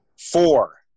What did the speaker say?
four